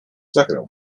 zagrał